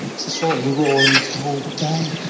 slightly raw and cold day,